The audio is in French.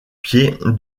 pied